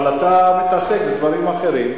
אבל אתה מתעסק בדברים אחרים,